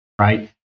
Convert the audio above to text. right